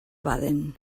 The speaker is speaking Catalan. baden